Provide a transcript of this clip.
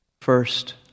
First